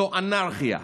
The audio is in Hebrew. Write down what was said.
זאת אנרכיה,